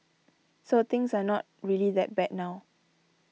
so things are not really that bad now